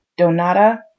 Donata